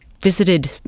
visited